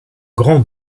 grand